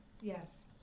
Yes